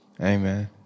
Amen